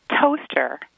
Toaster